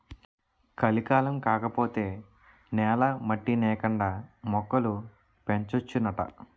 కలికాలం కాకపోతే నేల మట్టి నేకండా మొక్కలు పెంచొచ్చునాట